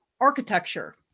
Architecture